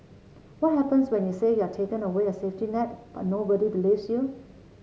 what happens when you say you are taken away a safety net but nobody believes you